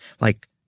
Like